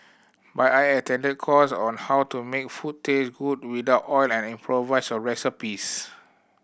but I attended course on how to make food taste good without oil and improvise recipes